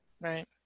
Right